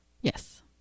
Yes